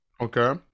Okay